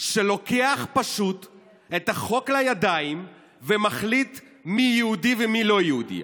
שפשוט לוקח את החוק לידיים ומחליט מי יהודי ומי לא יהודי.